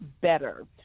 better